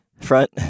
front